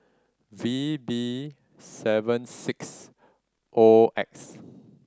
V B seven six O X